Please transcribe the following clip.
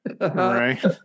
right